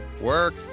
work